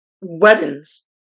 weddings